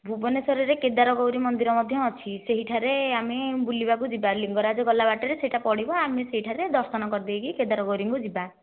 ଭୁବନେଶ୍ବରରେ କେଦାରଗୌରି ମନ୍ଦିର ମଧ୍ୟ ଅଛି ସେହିଠାରେ ଆମେ ବୁଲିବାକୁ ଯିବା ଲିଙ୍ଗରାଜ ଗଲା ବାଟରେ ସେହିଟା ପଡ଼ିବ ଆମେ ସେହିଠାରେ ଦର୍ଶନ କରିଦେଇକି କେଦାରଗୌରିଙ୍କୁ ଯିବା